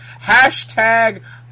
hashtag